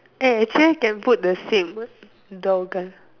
eh next time can put the same door girl